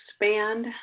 expand